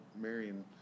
Marion